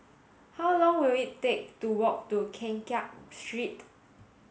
how long will it take to walk to Keng Kiat Street